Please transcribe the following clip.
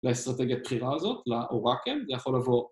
‫אסטרטגיית בחירה הזאת, ‫לאורקל, יכול לבוא...